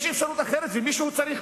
יש אפשרות אחרת ומישהו צריך